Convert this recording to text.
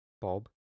Bob